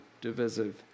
divisive